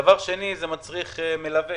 דבר שני, זה מצריך מלווה.